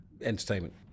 entertainment